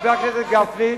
חבר הכנסת גפני,